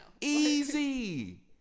Easy